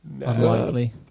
Unlikely